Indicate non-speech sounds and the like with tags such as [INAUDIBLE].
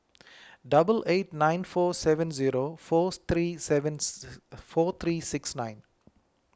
double eight nine four seven zero four three seven [NOISE] four three six nine